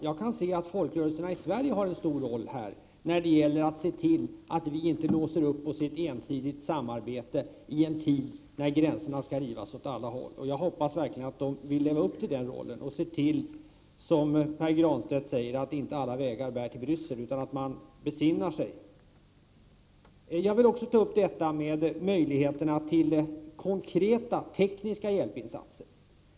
Jag kan se att folkrörelserna i Sverige har en stor roll när det gäller att se till att vi inte låser oss vid ett ensidigt samarbete i en tid när gränserna skall rivas åt alla håll. Och jag hoppas verk ligen att de vill leva upp till den rollen och se till, som Pär Granstedt säger, att inte alla vägar bär till Bryssel — att man besinnar sig. Jag vill även ta upp frågan om möjligheterna till konkreta tekniska hjälpinsatser.